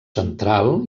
central